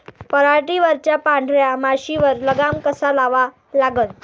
पराटीवरच्या पांढऱ्या माशीवर लगाम कसा लावा लागन?